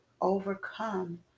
overcome